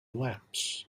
lapse